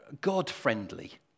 God-friendly